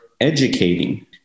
educating